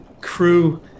crew